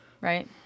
right